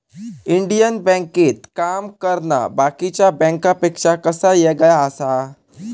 Indian बँकेत काम करना बाकीच्या बँकांपेक्षा कसा येगळा आसा?